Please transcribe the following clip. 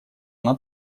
она